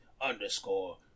underscore